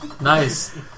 Nice